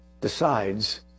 decides